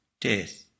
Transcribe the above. death